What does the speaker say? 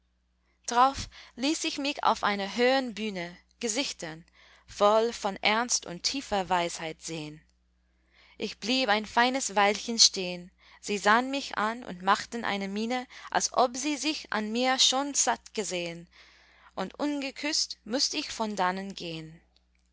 drauf ließ ich mich auf einer höhern bühne gesichtern voll von ernst und tiefer weisheit sehn ich blieb ein feines weilchen stehn sie sahn mich an und machten eine miene als ob sie sich an mir schon satt gesehn und ungeküßt mußt ich von dannen gehn